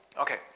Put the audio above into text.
Okay